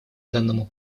данному